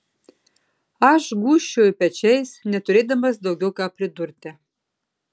aš gūžčioju pečiais neturėdamas daugiau ką pridurti